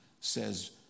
says